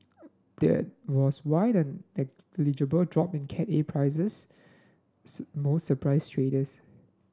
that was why the negligible drop in Cat A prices most surprised traders